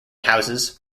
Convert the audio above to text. houses